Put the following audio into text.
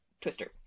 Twister